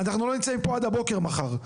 אנחנו לא נצא מפה עד הבוקר מחר.